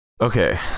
Okay